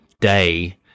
day